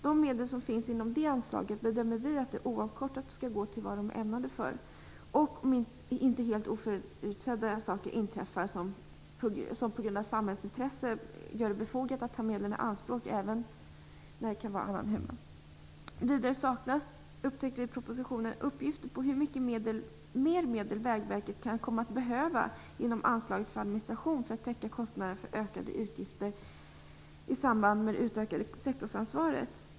De medel som finns inom det anslaget skall, bedömer vi, oavkortat gå till vad de är ämnade för, om inte helt oförutsedda saker inträffar som på grund av samhällsintressen gör det befogat att ta medlen i anspråk även när det kan vara annan huvudman. Vidare saknas, har vi upptäckt, uppgifter i propositionen om hur mycket mera medel Vägverket kan komma att behöva inom anslaget för administration för att täcka kostnaderna för ökade utgifter i samband med det utökade sektorsansvaret.